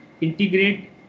integrate